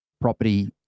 property